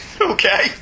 okay